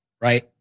right